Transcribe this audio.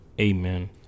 Amen